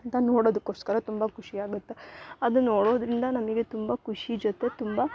ಅಂತ ನೋಡೋದಕೋಸ್ಕರ ತುಂಬ ಖುಷಿಯಾಗತ್ತೆ ಅದು ನೋಡೋದರಿಂದ ನಮಗೆ ತುಂಬ ಖುಷಿ ಜೊತೆಗೆ ತುಂಬ